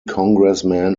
congressman